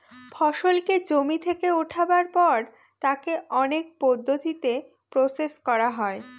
ফসলকে জমি থেকে উঠাবার পর তাকে অনেক পদ্ধতিতে প্রসেস করা হয়